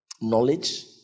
knowledge